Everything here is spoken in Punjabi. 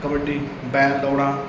ਕਬੱਡੀ ਬੈਲ ਦੌੜਾਂ